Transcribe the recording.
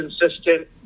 consistent